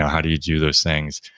how do you do those things?